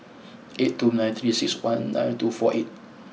eight two nine three six one nine two four eight